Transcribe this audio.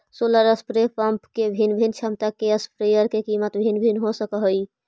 solar spray pump के भिन्न भिन्न क्षमता के स्प्रेयर के कीमत भिन्न भिन्न हो सकऽ हइ